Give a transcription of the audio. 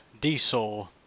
diesel